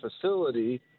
facility